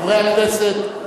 חברי הכנסת,